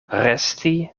resti